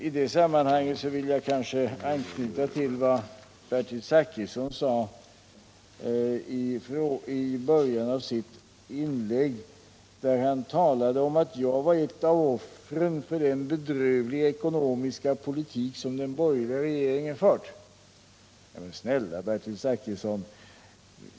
I det sammanhanget vill jag anknyta till vad Bertil Zachrisson sade i början av sitt inlägg, där han talade om att jag var ett av offren för den bedrövliga ekonomiska politik som den borgerliga regeringen fört. Men snälla Bertil Zachrisson!